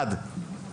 אחד,